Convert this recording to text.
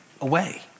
away